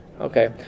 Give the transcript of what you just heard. Okay